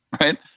right